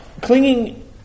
clinging